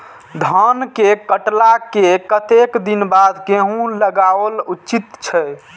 धान के काटला के कतेक दिन बाद गैहूं लागाओल उचित छे?